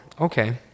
okay